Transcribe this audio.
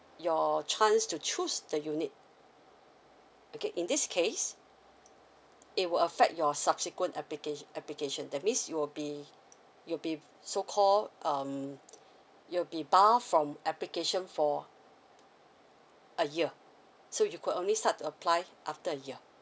your chance to choose the unit okay in this case it will affect your subsequent applicati~ application that means you'll be you'll be so called um you'll be barred from application for a year so you could only start to apply after a year